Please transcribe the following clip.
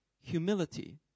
humility